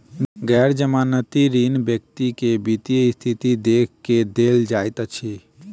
गैर जमानती ऋण व्यक्ति के वित्तीय स्थिति देख के देल जाइत अछि